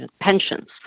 pensions